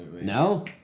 No